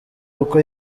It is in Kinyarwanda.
uko